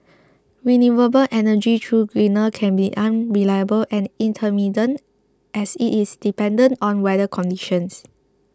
renewable energy though greener can be unreliable and intermittent as it is dependent on weather conditions